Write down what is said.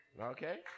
okay